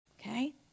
Okay